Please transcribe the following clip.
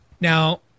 Now